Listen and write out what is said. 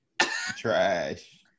Trash